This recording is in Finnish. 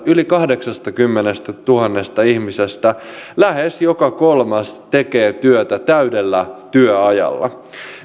yli kahdeksastakymmenestätuhannesta ihmisestä lähes joka kolmas tekee työtä täydellä työajalla